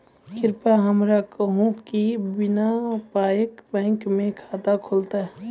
कृपया हमरा कहू कि बिना पायक बैंक मे खाता खुलतै?